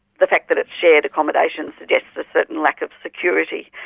the fact that it's shared accommodation suggests a certain lack of security.